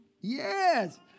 Yes